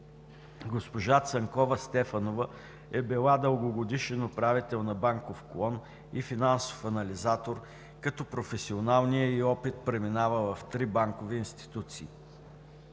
Госпожа Цанкова-Стефанова е била дългогодишен управител на банков клон и финансов анализатор, като професионалният ѝ опит преминава в три банкови институции.